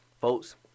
Folks